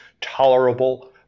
tolerable